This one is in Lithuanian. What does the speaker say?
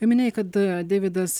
minėjai kad deividas